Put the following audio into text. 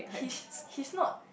he's he's not